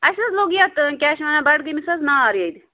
اَسہِ حظ لوٚگ یَتھ کیٛاہ چھِ وَنان بَڈٕگٲمِس حظ نار ییٚتہِ